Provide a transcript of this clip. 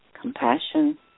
compassion